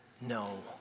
no